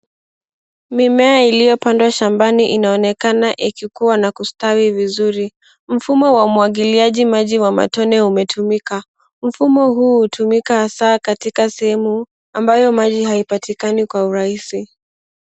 Mimea iliyopandwa shambani inaonekana ikikuwa na kustawi vizuri. Mfumo wa umwagiliaji maji wa matone umetumika. Mfumo huu hutumika hasa katika sehemu ambayo maji haipatikani kwa urahisi.